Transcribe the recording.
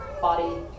body